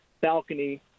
balcony